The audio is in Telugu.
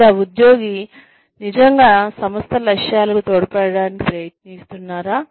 లేదా ఉద్యోగి నిజంగా సంస్థ లక్ష్యాలకు తోడ్పడటానికి ప్రయత్నిస్తున్నారా